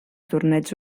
torneigs